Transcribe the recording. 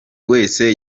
wese